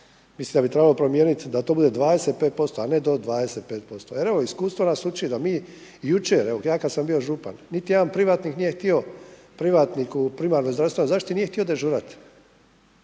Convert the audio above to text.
mislim da bi trebalo promijeniti da to bude 25%, a ne do 25%. Jer evo iskustvo nas uči da mi jučer, evo ja kada sam bio župan niti jedan privatnik nije htio privatnik u primarnoj zdravstvenoj zaštiti nije htio dežurati.